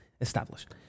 established